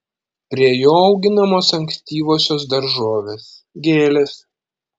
prie jo auginamos ankstyvosios daržovės gėlės